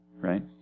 right